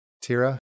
Tira